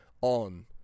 on